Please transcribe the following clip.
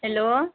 hello